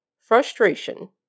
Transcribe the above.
Frustration